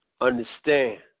understand